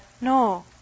No